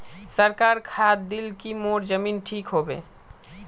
सरकारी खाद दिल की मोर जमीन ठीक होबे?